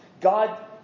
God